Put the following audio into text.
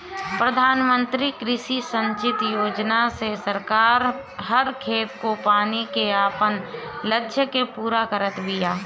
प्रधानमंत्री कृषि संचित योजना से सरकार हर खेत को पानी के आपन लक्ष्य के पूरा करत बिया